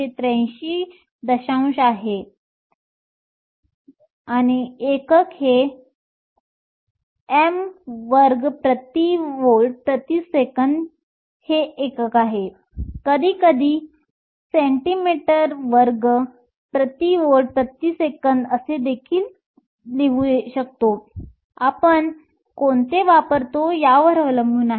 283 आहे m2 V 1s 1 हे एकक आहे कधीकधी cm2 V 1s 1 देखील तेथे आहेत आपण कोणते वापरतो यावर अवलंबून आहे